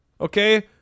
okay